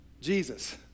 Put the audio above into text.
Jesus